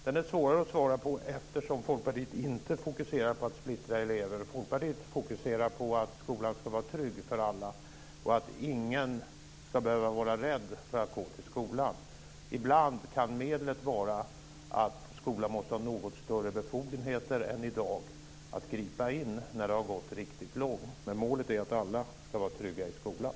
Den är svårare att svara på eftersom Folkpartiet inte fokuserar på att splittra elever. Folkpartiet fokuserar på att skolan ska vara trygg för alla och att ingen ska behöva vara rädd för att gå till skolan. Ibland kan medlet vara att skolan måste ha något större befogenheter än i dag att gripa in när det har gått riktigt långt. Men målet är att alla ska vara trygga i skolan.